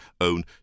own